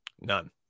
none